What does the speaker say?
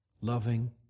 loving